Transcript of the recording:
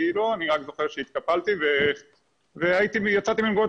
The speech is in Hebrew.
אני רק זוכר שהתקפלתי ויצאתי מנקודת